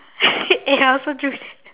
eh I also drew that